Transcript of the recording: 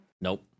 nope